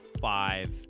five